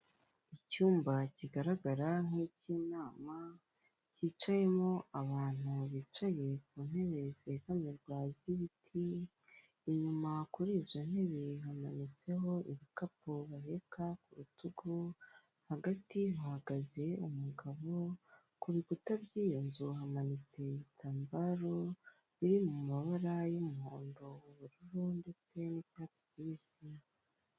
Icyumba kigaragara nk'icy'inama cyicayemo abantu bicaye ku ntebe zegamirwa z'ibiti inyuma kuri izo ntebe hamanitseho ibikapu baheka ku rutugu hagati hahagaze umugabo ku bikuta by'iyo nzu hamanitse igitambaro kiri mu mabara y'umuhondo, ubururu ndetse n'icyatsi kibisi.